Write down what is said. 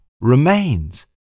remains